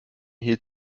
hielt